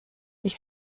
ich